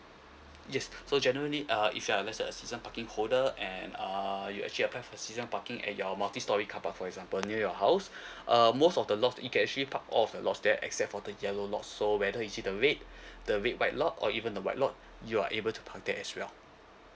yes so generally uh if you are let say a season parking holder and err you actually apply for season parking at your multi storey car park for example near your house uh most of the lots you can actually park all of the lots there except for the yellow lots so whether is it the red the red white lot or even the white lot you are able to park there as well